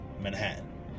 Manhattan